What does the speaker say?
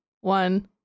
one